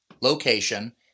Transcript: location